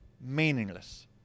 meaningless